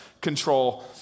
control